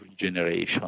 regeneration